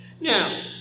Now